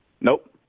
Nope